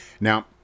Now